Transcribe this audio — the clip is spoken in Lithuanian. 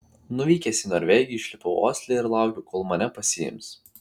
nuvykęs į norvegiją išlipau osle ir laukiau kol mane pasiims